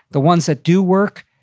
the ones that do work,